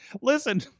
Listen